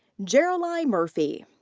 jaralie murphy.